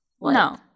No